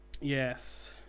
Yes